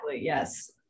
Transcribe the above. yes